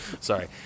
Sorry